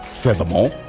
Furthermore